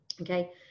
okay